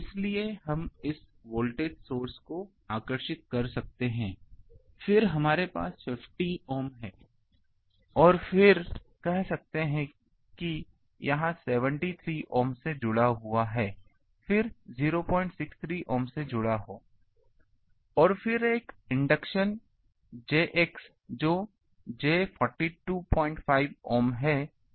और इसलिए हम इस वोल्टेज स्रोत को आकर्षित कर सकते हैं फिर हमारे पास 50 ohm है और फिर कह सकते हैं कि यह 73 ohm से जुड़ा हुआ है फिर 063 ohm से जुड़ा हो और फिर एक इंडक्शन jX जो j425 ओम है